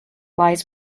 lies